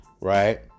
right